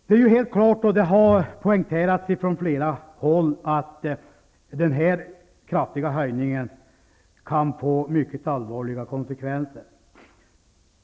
Det är helt klart, och det har poängterats från flera håll, att den här kraftiga höjningen kan få mycket allvarliga konsekvenser.